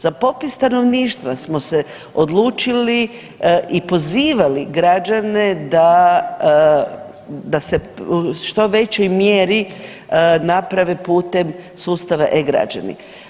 Za popis stanovništva smo se odlučili i pozivali građane da se u što većoj mjeri naprave putem sustava e-Građani.